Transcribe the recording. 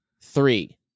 three